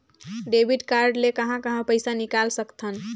Debit card ले कहां कहां पइसा निकाल सकथन?